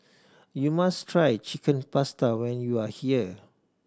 you must try Chicken Pasta when you are here